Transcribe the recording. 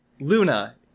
Luna